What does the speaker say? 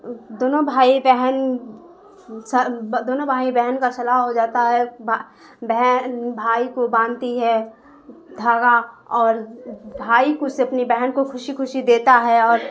دونوں بھائی بہن دونوں بھائی بہن کا صلاح ہو جاتا ہے بہن بھائی کو باندھتی ہے دھاغا اور بھائی کچھ سے اپنی بہن کو خوشی خوشی دیتا ہے اور